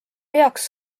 peaks